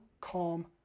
calm